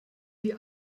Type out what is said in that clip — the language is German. die